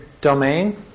domain